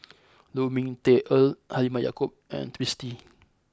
Lu Ming Teh Earl Halimah Yacob and Twisstii